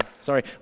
sorry